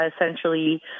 essentially